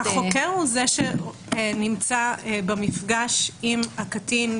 החוקר הוא זה שנמצא במפגש עם הקטין.